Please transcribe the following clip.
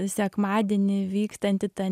sekmadienį vykstanti ta